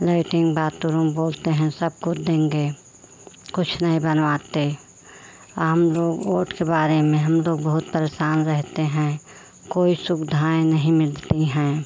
latrine bathroom बोलते हैं सब कुछ देंगे कुछ नहीं बनवाते हम लोग वोट के बारे में हम लोग बहुत परेशान रहते हैं कोई सुविधाएं नहीं मिलती हैं